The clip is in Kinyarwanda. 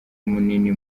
munini